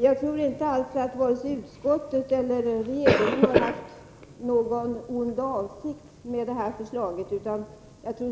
Jag tror inte alls att vare sig utskottet eller regeringen haft någon ond avsikt med det här förslaget, utan